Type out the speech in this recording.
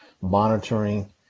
monitoring